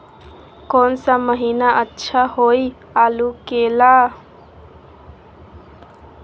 कौन सा महीना अच्छा होइ आलू के ला?